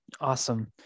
Awesome